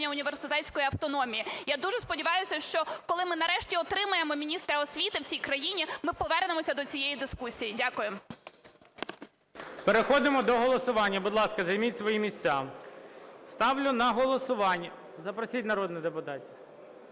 Переходимо до голосування. Будь ласка, займіть свої місця. Ставлю на голосування. Запросіть народних депутатів.